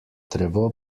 drevo